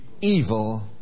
evil